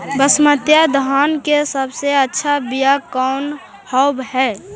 बसमतिया धान के सबसे अच्छा बीया कौन हौब हैं?